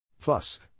Plus